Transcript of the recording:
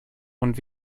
und